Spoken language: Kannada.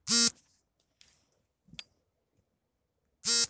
ಶಾಲಾ ಶಿಕ್ಷಣಕ್ಕೆ ಸಾಲದ ಅರ್ಜಿಯನ್ನು ಎಲ್ಲಿ ಪಡೆಯಬಹುದು?